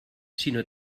sinó